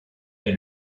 est